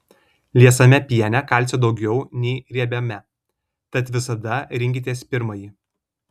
liesame piene kalcio daugiau nei riebiame tad visada rinkitės pirmąjį